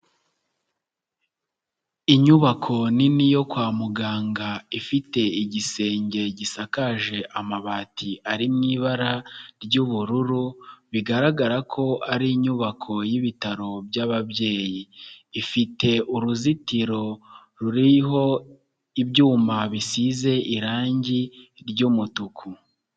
Inyubako nini yo kwa muganga, ifite igisenge gisakaje amabati ari mu ibara ry'ubururu, bigaragara ko ari inyubako y'ibitaro by'ababyeyi. Ifite uruzitiro ruriho ibyuma bisize irangi ry'umutuku.